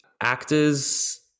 actors